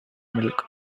milk